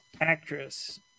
Actress